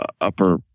upper